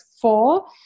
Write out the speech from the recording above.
four